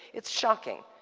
it's shocking.